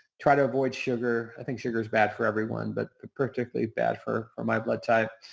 try to avoid sugar. i think sugar is bad for everyone but particularly bad for for my blood type.